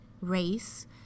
race